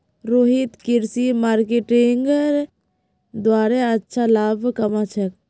रोहित कृषि मार्केटिंगेर द्वारे अच्छा लाभ कमा छेक